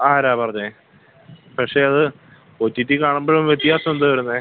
ആരാണ് പറഞ്ഞത് പക്ഷേ അത് ഒ ടി ടി കാണുമ്പോഴും വ്യത്യാസം എന്താ വരുന്നത്